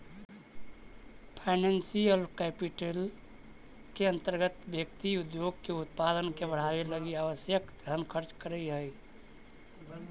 financial capital के अंतर्गत व्यक्ति उद्योग के उत्पादन के बढ़ावे लगी आवश्यक धन खर्च करऽ हई